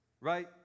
Right